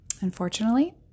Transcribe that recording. unfortunately